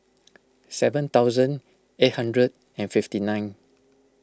seven thousand eight hundred and fifty nine